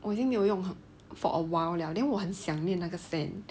我已经没有用 for a while liao then 我很想念那个 scent